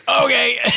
Okay